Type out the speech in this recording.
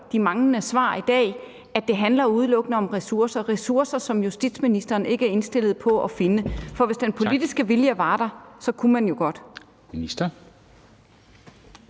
de manglende svar i dag konstatere, at det udelukkende handler om ressourcer – ressourcer, som justitsministeren ikke er indstillet på at finde. For hvis den politiske vilje var der, kunne man jo godt.